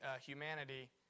humanity